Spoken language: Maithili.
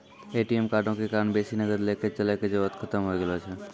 ए.टी.एम कार्डो के कारण बेसी नगद लैके चलै के जरुरत खतम होय गेलो छै